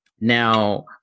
Now